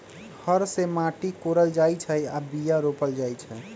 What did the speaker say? हर से माटि कोरल जाइ छै आऽ बीया रोप्ल जाइ छै